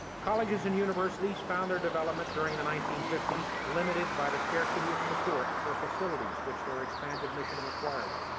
colleges and universities found their development during the nineteen fifty s limited by the scarcity of support for facilities which their expanded mission required.